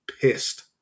pissed